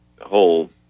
whole